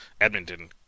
Edmonton